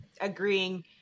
agreeing